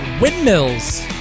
windmills